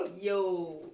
Yo